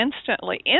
instantly